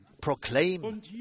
proclaim